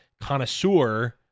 connoisseur